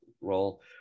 role